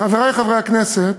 חברי חברי הכנסת,